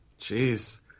Jeez